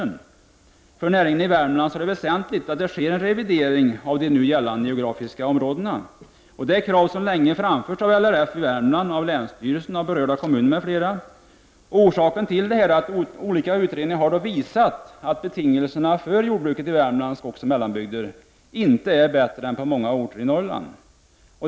För jordbruksnäringen i Värmland är det väsentligt att det sker en revidering av de nu gällande geografiska områdena. Det är krav som länge framförts av LRF i Värmland, av länsstyrelsen och av berörda kommuner. Orsaken till detta är att olika utredningar har visat att betingelserna för jordbruk i Värmlands skogsoch mellanbygder inte är bättre än på många orter i Norrland.